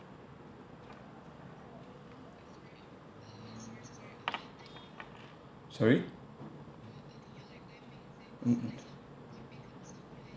sorry mmhmm